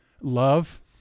love